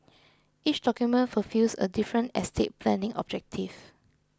each document fulfils a different estate planning objective